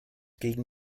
gegen